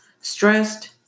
stressed